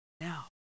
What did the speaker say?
Now